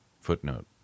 Footnote